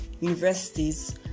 universities